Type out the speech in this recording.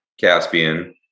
Caspian